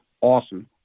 awesome